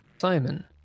Simon